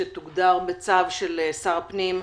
שתוגדר בצו של שר הפנים,